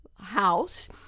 house